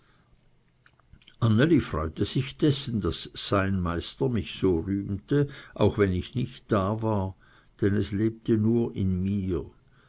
freute sich daß sein meister mich so rühmte denn es lebte nur in mir